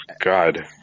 God